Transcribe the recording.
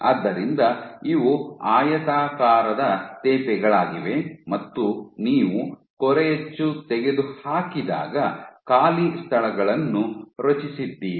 ಆದ್ದರಿಂದ ಇವು ಆಯತಾಕಾರದ ತೇಪೆಗಳಾಗಿವೆ ಮತ್ತು ನೀವು ಕೊರೆಯಚ್ಚು ತೆಗೆದುಹಾಕಿದಾಗ ಖಾಲಿ ಸ್ಥಳಗಳನ್ನು ರಚಿಸಿದ್ದೀರಿ